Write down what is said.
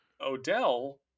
Odell